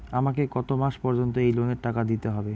আমাকে কত মাস পর্যন্ত এই লোনের টাকা দিতে হবে?